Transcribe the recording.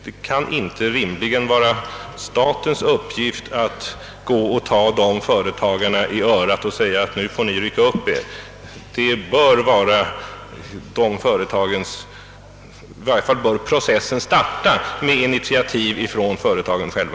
Det kan inte rimligen vara statens uppgift att ta ägarna till dessa företag i örat och säga, att nu får ni rycka upp er. Processen bör i varje fall starta med initiativ från företagen själva.